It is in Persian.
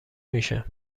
میشه